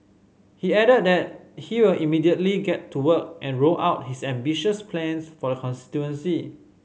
he added that he will immediately get to work and roll out his ambitious plans for the constituency